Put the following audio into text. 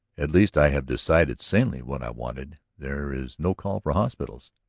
at least i have decided sanely what i wanted, there is no call for hospitals.